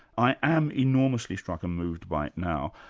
i am enormously struck and moved by it now,